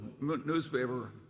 newspaper